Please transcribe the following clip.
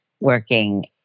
working